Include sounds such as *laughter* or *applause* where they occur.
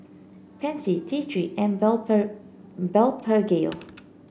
Pansy T Three and *unintelligible* Blephagel